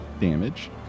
damage